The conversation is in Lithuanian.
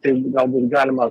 tai galbūt galima